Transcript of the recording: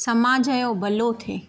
समाज जो भलो थिए